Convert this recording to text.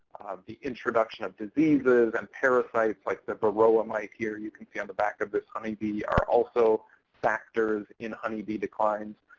the introduction of diseases and parasites like the varroa mite here you can see on the back of this honeybee are also factors in honeybee declines.